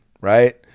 right